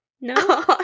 No